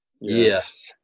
yes